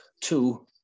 two